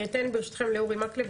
אני אתן ברשותכם לאורי מקלב,